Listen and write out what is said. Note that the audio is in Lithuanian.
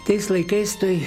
tais laikais toj